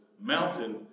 mountain